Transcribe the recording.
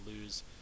lose